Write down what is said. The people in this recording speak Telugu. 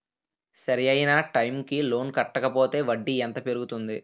సరి అయినా టైం కి లోన్ కట్టకపోతే వడ్డీ ఎంత పెరుగుతుంది?